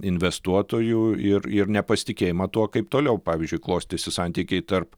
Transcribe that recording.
investuotojų ir ir nepasitikėjimą tuo kaip toliau pavyzdžiui klostėsi santykiai tarp